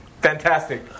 fantastic